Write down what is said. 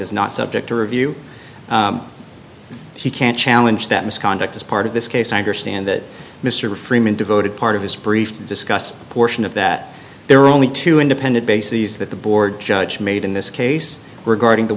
is not subject to review he can challenge that misconduct as part of this case i understand that mr freeman devoted part of his brief to discuss portion of that there are only two independent bases that the board judge made in this case regarding the